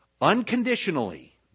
unconditionally